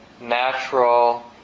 natural